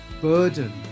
burden